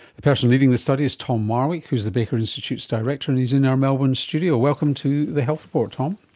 the person leading the study is tom marwick who is the baker institute's director, and he's in our melbourne studio. welcome to the health report, tom.